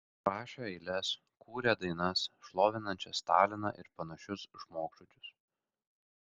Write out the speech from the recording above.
rašę eiles kūrę dainas šlovinančias staliną ir panašius žmogžudžius